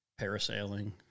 Parasailing